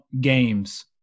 games